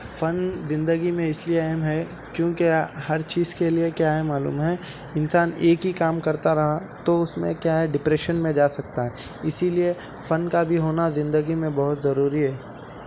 فن زندگی میں اس لئے اہم ہے کیونکہ ہر چیز کے لئے کیا ہے معلوم ہے انسان ایک ہی کام کرتا رہا تو اس میں کیا ہے ڈپریشن میں جا سکتا ہے اسی لئے فن کا بھی ہونا زندگی میں بہت ضروری ہے